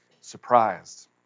surprised